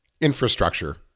infrastructure